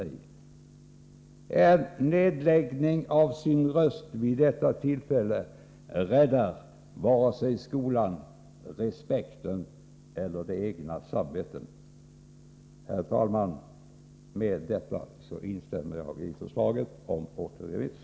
En nedläggning av sin röst vid detta tillfälle räddar varken skolan, respekten eller det egna samvetet. Herr talman! Med detta instämmer jag i förslaget om återremiss.